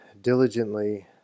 diligently